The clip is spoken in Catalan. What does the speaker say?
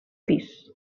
pis